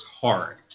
hard